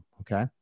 Okay